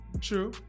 True